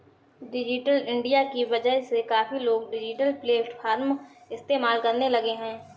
digital India की वजह से काफी लोग डिजिटल प्लेटफ़ॉर्म इस्तेमाल करने लगे हैं